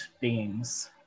beings